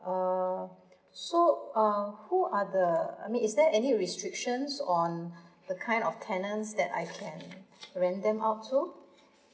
err so uh who are the I mean is there any restrictions on the kind of tenants that I can rent them out to